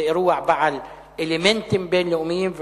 זה אירוע בעל אלמנטים בין-לאומיים,